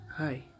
Hi